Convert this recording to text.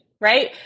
right